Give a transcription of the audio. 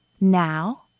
Now